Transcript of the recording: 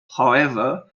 however